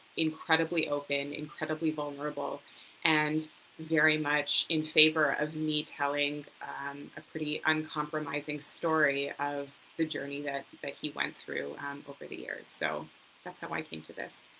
incredibly open and vulnerable and very much in favor of me telling a pretty uncompromising story of the journey that but he went through over the years. so that's how i came to this.